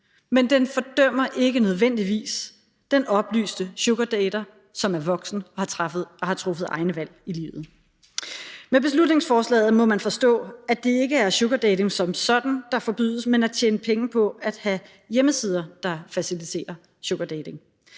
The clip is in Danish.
men den fordømmer ikke nødvendigvis den oplyste sugardater, som er voksen og har truffet egne valg i livet. Med beslutningsforslaget må man forstå, at det ikke er sugardating som sådan, der forbydes, men at tjene penge på at have hjemmesider, der faciliterer sugardating.